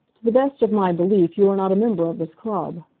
to the best of my belief you are not a member of this club.